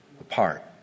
apart